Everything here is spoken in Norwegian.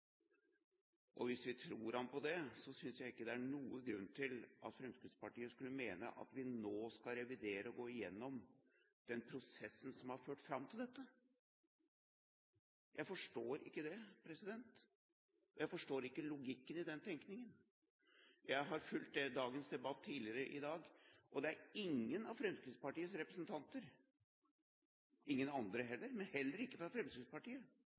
det, synes jeg ikke det er noen grunn til at Fremskrittspartiet skulle mene at vi nå skal revidere og gå gjennom den prosessen som har ført fram til dette. Jeg forstår ikke det, jeg forstår ikke logikken i den tenkningen. Jeg har fulgt debatten tidligere i dag, og det er ingen av Fremskrittspartiets representanter – ingen andre heller, men heller ingen fra Fremskrittspartiet